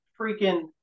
freaking